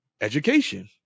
education